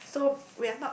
so we are not